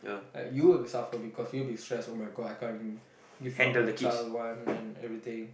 like you would suffer because you would be stressed oh-my-god I can't give what my child want and everything